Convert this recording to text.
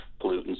pollutants